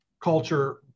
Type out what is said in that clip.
culture